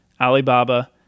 Alibaba